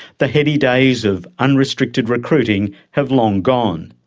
the heady days of unrestricted recruiting have long gone.